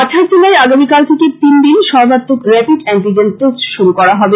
কাছাড় জেলায় আগামীকাল থেকে তিনদিন সর্বাতক রেপিড এন্টিজেন টেষ্ট শুরু করা হবে